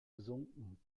gesunken